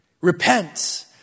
Repent